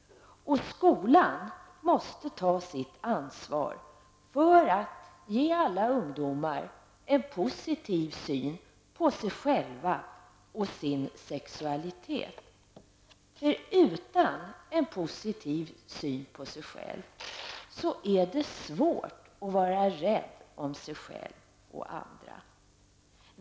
Skolan måste ta sitt ansvar för att alla ungdomar får positiv syn på sig själva och sin sexualitet, för utan en positiv syn på sig själv är det svårt att vara rädd om sig själv och andra.